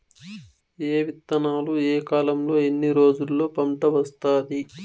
ఏ విత్తనాలు ఏ కాలంలో ఎన్ని రోజుల్లో పంట వస్తాది?